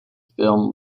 film